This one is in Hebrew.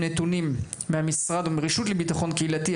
נתונים מהמשרד ומהרשות לביטחון קהילתי,